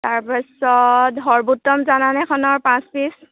তাৰ পাছত সৰ্বোত্তম জানানে এখনৰ পাঁচ পিচ